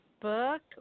book